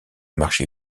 marché